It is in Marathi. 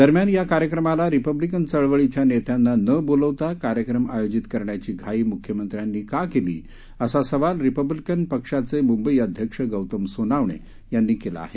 दरम्यान या कार्यक्रमाला रिपब्लिकन चळवळीच्या नेत्यांना न बोलवता कार्यक्रमआयोजित करण्याची घाई मुख्यमंत्र्यांनी का केली असा सवाल रिपब्लिकन पक्षाचे मुंबई अध्यक्ष गौतम सोनवणे यांनी केला आहे